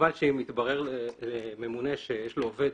כמובן שאם יתברר לממונה שיש לו עובד